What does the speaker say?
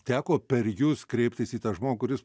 teko per jus kreiptis į tą žmogų kuris